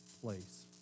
place